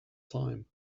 time